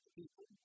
people